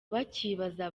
bakibaza